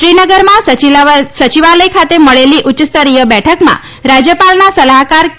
શ્રીનગરમાં સયિવાલય ખાતે મળેલી ઉચ્યસ્તરીય બેઠકમાં રાજ્યપાલના સલાહકાર કે